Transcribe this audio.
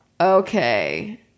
okay